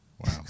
wow